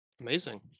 Amazing